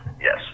yes